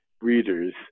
readers